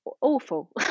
awful